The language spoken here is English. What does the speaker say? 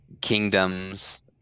kingdoms